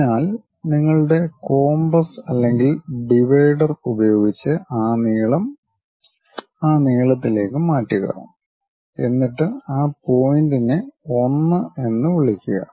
അതിനാൽ നിങ്ങളുടെ കോമ്പസ് അല്ലെങ്കിൽ ഡിവൈഡർ ഉപയോഗിച്ച് ആ നീളം ആ നീളത്തിലേക്ക് മാറ്റുക എന്നിട്ട് ആ പോയിന്റിനെ 1 എന്ന് വിളിക്കുക